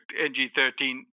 NG13